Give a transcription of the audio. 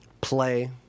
play